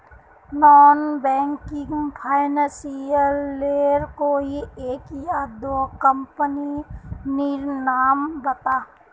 Non banking financial लेर कोई एक या दो कंपनी नीर नाम बता?